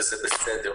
וזה בסדר,